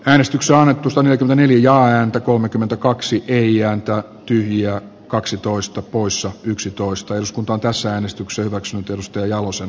äänestys solmitusta neitonen ja häntä kolmekymmentäkaksi kirja antaa sijaa kaksitoista poissa yksitoista jos kunto on äänestänyt